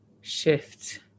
shift